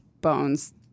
Bones